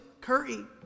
curry